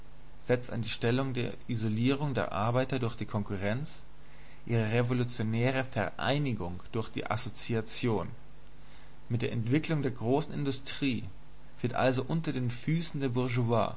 setzt an die stelle der isolierung der arbeiter durch die konkurrenz ihre revolutionäre vereinigung durch die assoziation mit der entwicklung der großen industrie wird also unter den füßen der